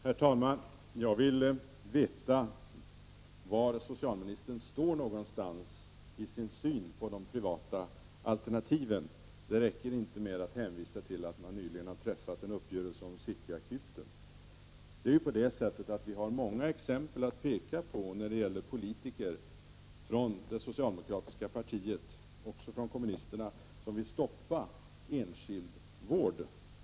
Herr talman! Jag vill veta var socialministern står i sin syn på de privata alternativen. Det räcker inte med att hänvisa till att man nyligen har träffat en uppgörelse om City Akuten. Vi har många exempel att peka på när det gäller politiker från det socialdemokratiska partiet, och även från kommunisterna, som vill stoppa enskild vård.